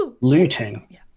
Looting